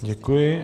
Děkuji.